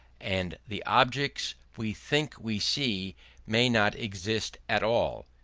and the objects we think we see may not exist at all.